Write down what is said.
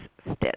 Stitch